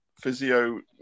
physio